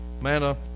manna